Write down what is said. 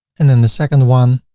and then the second one